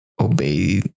obey